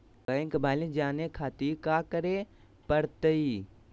Bank balance जाने खातिर काका करे पड़तई?